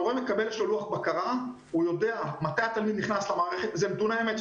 המורה מקבל לוח בקרה ויודע מתי התלמיד נכנס למערכת אלה נתוני אמת,